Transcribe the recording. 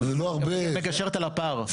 מגשרת על הפער.